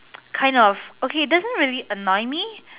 kind of okay doesn't really annoy me